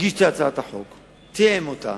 הגיש את הצעת החוק, תיאם אותה